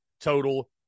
total